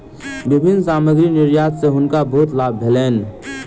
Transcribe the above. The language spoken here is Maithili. विभिन्न सामग्री निर्यात सॅ हुनका बहुत लाभ भेलैन